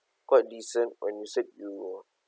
quite decent when you said you were